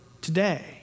today